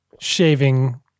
shaving